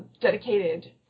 dedicated